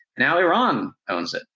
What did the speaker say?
now iran owns it.